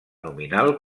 nominal